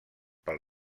pel